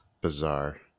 bizarre